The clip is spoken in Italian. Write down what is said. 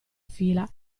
fila